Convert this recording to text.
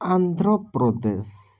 Andhra Pradesh